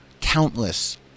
countless